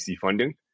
funding